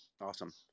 awesome